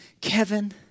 Kevin